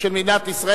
נתקבל.